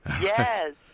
Yes